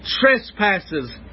trespasses